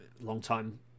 long-time